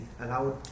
allowed